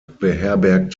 beherbergt